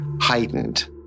heightened